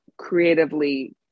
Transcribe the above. creatively